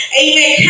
amen